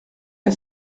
est